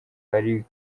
ari